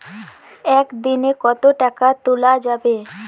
একদিন এ কতো টাকা তুলা যাবে?